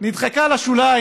נדחקה לשוליים,